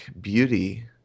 beauty